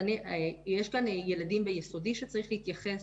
יש כאן ילדים ביסודי שצריך להתייחס